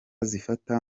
zifata